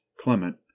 Clement